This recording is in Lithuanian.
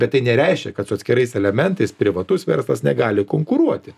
bet tai nereiškia kad su atskirais elementais privatus verslas negali konkuruoti